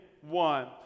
one